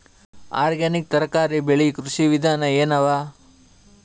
Organic ತರಕಾರಿ ಬೆಳಿ ಕೃಷಿ ವಿಧಾನ ಎನವ?